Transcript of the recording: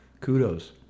kudos